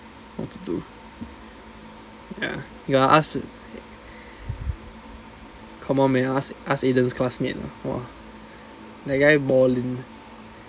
what to do ya gonna ask come on man ask ask aiden's classmate lah !wah! that guy balling